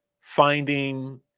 finding